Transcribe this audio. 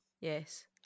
yes